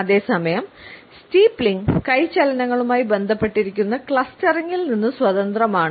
അതേ സമയം സ്റ്റീപ്ലിംഗ് കൈ ചലനങ്ങളുമായി ബന്ധപ്പെട്ടിരിക്കുന്ന ക്ലസ്റ്ററിംഗിൽ നിന്ന് സ്വതന്ത്രമാണ്